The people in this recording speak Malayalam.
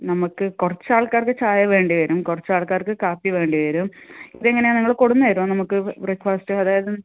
നമുക്ക് കുറച്ചാൾക്കാർക്ക് ചായ വേണ്ടി വരും കുറച്ചാൾക്കാർക്ക് കാപ്പി വേണ്ടി വരും ഇതെങ്ങനെയാണ് നിങ്ങൾ കൊണ്ട് വന്ന് തരുവോ നമുക്ക് ബ്രേക്ക് ഫാസ്റ്റ് അതായത്